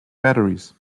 batteries